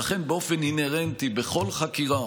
ולכן, באופן אינהרנטי, בכל חקירה